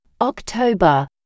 October